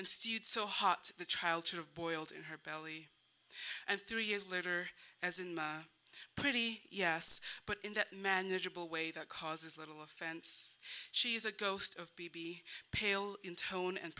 and stewed so hot the trial should have boiled in her belly and three years later as a pretty yes but in that manageable way that causes little offense she is a ghost of bibi pale in tone and